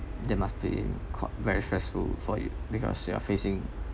that must be caught very stressful for it because you're facing